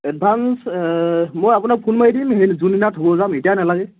advance মই আপোনাক phone মাৰি দিম সেই যোনদিনা থ'ব যাম এতিয়া নালাগে